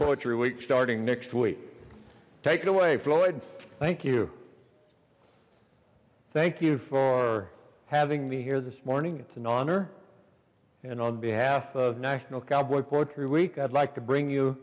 poetry week starting next week take it away floyd thank you thank you for having me here this morning it's an honor and on behalf of national cowboy poetry week i'd like to bring you